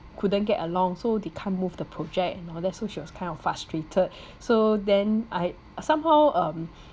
couldn't get along so they can't move the project and all that so she was kind of frustrated so then I somehow um